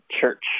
Church